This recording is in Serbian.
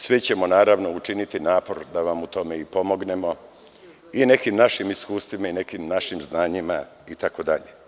Svi ćemo naravno učiniti napor da vam u tome i pomognemo i nekim našim iskustvima i nekim našim znanjima itd.